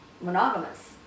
monogamous